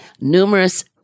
numerous